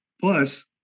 Plus